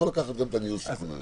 יכולים לקחת גם את ניהול הסיכון הזה.